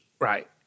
right